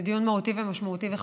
זה דיון מהותי, משמעותי וחשוב.